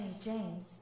James